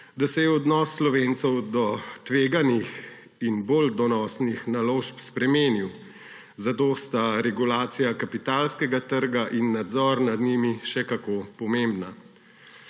da se je odnos Slovencev do tveganih in bolj donosnih naložb spremenil, zato sta regulacija kapitalskega trga in nadzor nad njimi še kako pomembna.